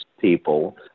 people